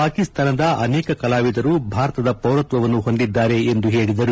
ಪಾಕಿಸ್ತಾನದ ಅನೇಕ ಕಲಾವಿದರು ಭಾರತದ ಪೌರತ್ವವನ್ನು ಹೊಂದಿದ್ದಾರೆ ಎಂದರು